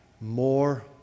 more